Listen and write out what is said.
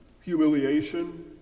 Humiliation